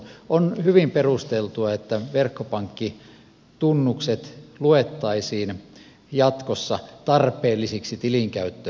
on hyvin perusteltua että verkkopankkitunnukset luettaisiin jatkossa tarpeellisiksi tilinkäyttövälineiksi